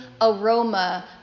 aroma